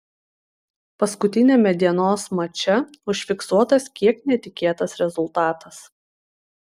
paskutiniame dienos mače užfiksuotas kiek netikėtas rezultatas